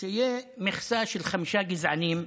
שתהיה מכסה של חמישה גזענים,